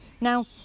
Now